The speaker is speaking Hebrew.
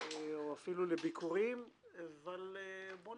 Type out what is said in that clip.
אבל בן